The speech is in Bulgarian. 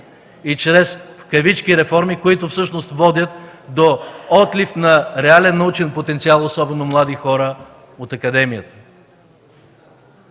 и чрез „реформи”, които всъщност водят до отлив на реален научен потенциал, особено млади хора от Академията.